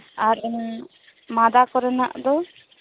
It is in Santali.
ᱟᱨ ᱢᱟᱫᱟ ᱠᱚᱨᱮᱱᱟᱜ ᱫᱚ